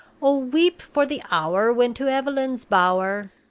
oh, weep for the hour when to eveleen's bower